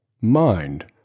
mind